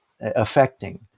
affecting